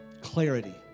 clarity